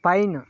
fine